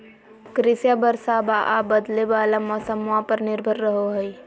कृषिया बरसाबा आ बदले वाला मौसम्मा पर निर्भर रहो हई